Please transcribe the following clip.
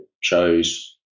shows